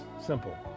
simple